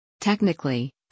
Technically